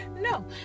no